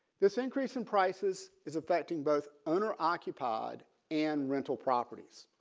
this increase in prices is affecting both owner occupied and rental properties